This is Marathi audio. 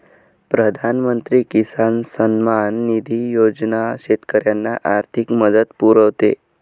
प्रधानमंत्री किसान सन्मान निधी योजना शेतकऱ्यांना आर्थिक मदत पुरवते